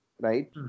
right